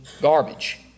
garbage